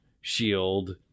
shield